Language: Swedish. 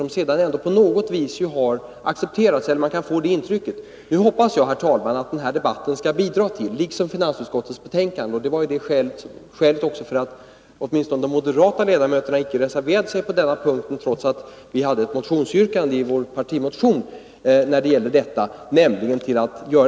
Men ändå kan man få ett intryck av att rekommendationerna accepterats. Nu hoppas jag, herr talman, att den här debatten liksom finansutskottets betänkande skall bidra till att göra det alldeles klart att dessa rekommendationer icke har någon annan karaktär än just detta att det är en redovisning för den kansliprodukt som det ursprungligen handlar om.